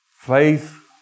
Faith